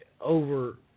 over